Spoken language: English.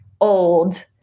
old